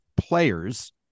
players